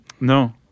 No